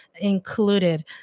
included